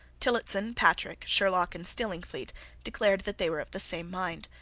tillotson, patrick, sherlock, and stillingfleet declared that they were of the same mind.